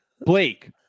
Blake